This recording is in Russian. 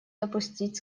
допустить